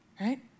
right